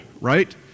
right